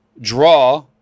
draw